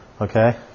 okay